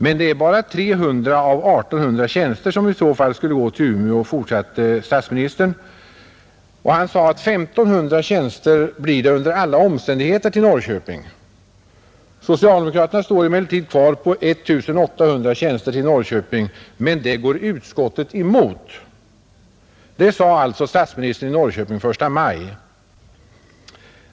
Men det är bara 300 av 1 800 tjänster, som i så fall skulle gå till Umeå. 1 500 tjänster blir det under alla omständigheter till Norrköping. Socialdemokraterna står emellertid kvar på 1 800 tjänster till Norrköping, men det går utskottet emot.” Detta sade alltså statsministern i Norrköping den 1 maj.